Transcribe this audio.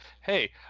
hey